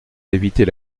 d’éviter